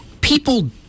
people